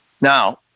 Now